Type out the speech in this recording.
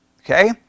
Okay